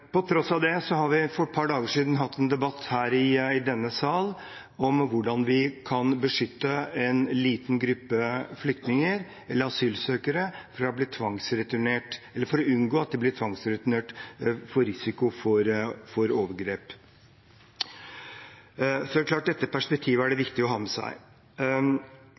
På tross av det hadde vi for et par dager siden en debatt her i denne salen om hvordan vi kan beskytte en liten gruppe asylsøkere og unngå at de blir tvangsreturnert, med risiko for overgrep. Dette perspektivet er det viktig å ha med seg.